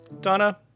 Donna